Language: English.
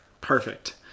Perfect